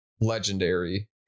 legendary